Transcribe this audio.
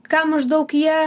ką maždaug jie